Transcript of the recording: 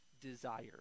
desire